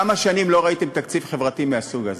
כמה שנים לא ראיתם תקציב חברתי מהסוג הזה?